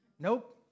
Nope